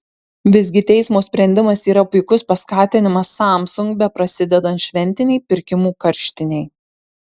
visgi teismo sprendimas yra puikus paskatinimas samsung beprasidedant šventinei pirkimų karštinei